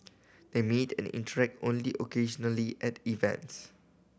they meet and interact only occasionally at events